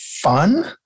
fun